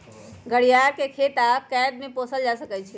घरियार के खेत आऽ कैद में पोसल जा सकइ छइ